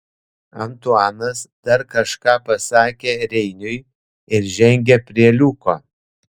antuanas dar kažką pasakė reiniui ir žengė prie liuko